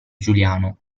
giuliano